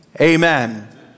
Amen